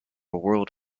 world